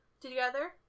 together